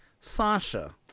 Sasha